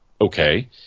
okay